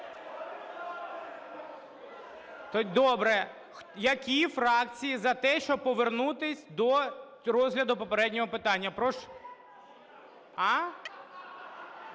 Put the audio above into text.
Добре. Які фракції за те, щоб повернутись до розгляду попереднього питання, прошу...